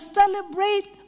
celebrate